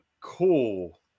cool